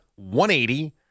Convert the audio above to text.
180